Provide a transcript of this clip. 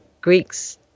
Greeks